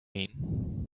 mean